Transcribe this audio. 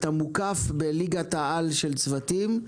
אתה מוקף בליגת על של צוותים.